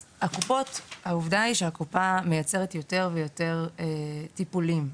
העובדה היא שהקופה מייצרת יותר ויותר טיפולים.